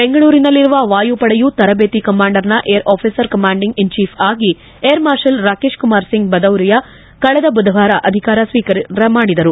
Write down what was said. ಬೆಂಗಳೂರಿನಲ್ಲಿರುವ ವಾಯುಪಡೆಯ ತರಬೇತಿ ಕಮಾಂಡ್ನ ಏರ್ ಆಫೀಸರ್ ಕಮಾಂಡಿಂಗ್ ಇನ್ ಚೀಫ್ಆಗಿ ಏರ್ ಮಾರ್ಷಲ್ ರಾಕೇಶ್ ಕುಮಾರ್ ಸಿಂಗ್ ಬದೌರಿಯಾ ಕಳೆದ ಬುಧವಾರ ಅಧಿಕಾರ ಸ್ವೀಕಾರ ಮಾಡಿದರು